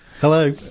hello